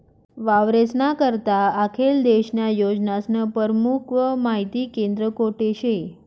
वावरेस्ना करता आखेल देशन्या योजनास्नं परमुख माहिती केंद्र कोठे शे?